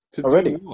already